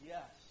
Yes